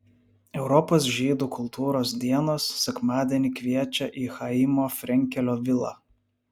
europos žydų kultūros dienos sekmadienį kviečia į chaimo frenkelio vilą